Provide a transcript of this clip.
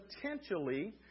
potentially